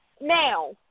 Now